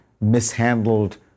mishandled